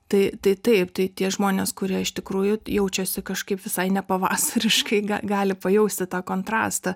tai tai taip tai tie žmonės kurie iš tikrųjų jaučiasi kažkaip visai nepavasariškai ga gali pajausti tą kontrastą